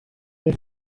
eich